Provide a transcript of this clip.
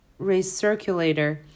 recirculator